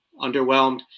underwhelmed